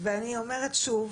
ואני אומרת שוב,